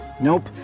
Nope